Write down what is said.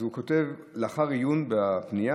אז הוא כותב: לאחר עיון בפנייה,